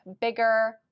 bigger